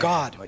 God